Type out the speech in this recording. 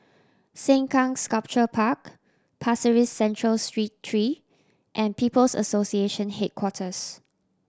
Sengkang Sculpture Park Pasir Ris Central Street three and People's Association Headquarters